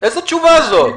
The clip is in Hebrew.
איזה תשובה זאת?